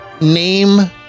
name